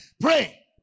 Pray